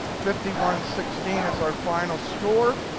fifty one sixteen is our final score.